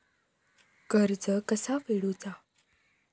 कर्ज कसा फेडुचा?